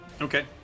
Okay